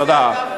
תודה.